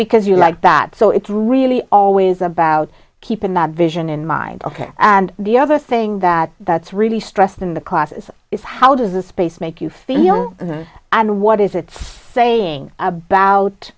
because you like that so it really always about keeping that vision in mind ok and the other thing that that's really stressed in the classes is how does the space make you feel and what is it saying about